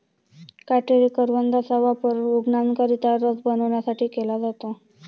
काटेरी करवंदाचा वापर रूग्णांकरिता रस बनवण्यासाठी केला जातो